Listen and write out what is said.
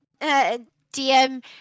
DM